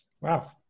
Wow